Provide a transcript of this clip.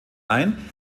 ein